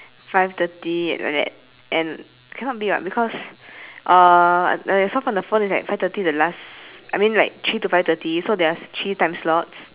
five thirty ya like that and cannot be [what] because uh when I saw on the phone it's like five thirty the last I mean like three to five thirty so there's three time slots